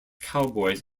cowboys